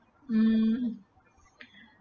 um